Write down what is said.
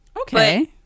Okay